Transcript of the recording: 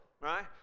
Right